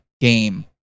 game